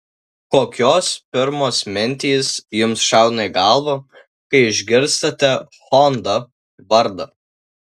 kokios pirmos mintys jums šauna į galvą kai išgirstate honda vardą